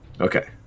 Okay